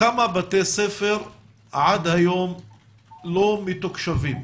כמה בתי ספר עד היום לא מתוקשבים?